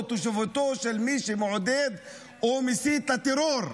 תושבותו של מי שמעודד או מסית לטרור.